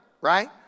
right